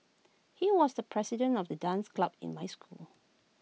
he was the president of the dance club in my school